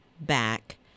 back